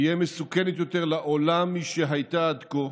תהיה מסוכנת יותר לעולם משהייתה עד כה,